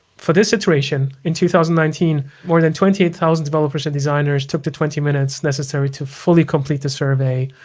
for this situation, in two thousand and nineteen more than twenty eight thousand developers and designers took the twenty minutes necessary to fully complete the survey.